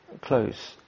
close